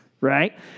right